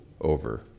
over